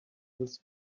this